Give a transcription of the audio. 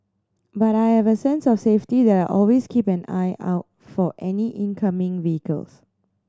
but I have a sense of safety that I always keep an eye out for any incoming vehicles